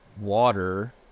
water